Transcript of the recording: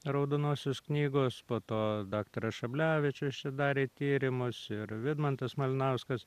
raudonosios knygos po to daktaras šablevičius čia darė tyrimus ir vidmantas malinauskas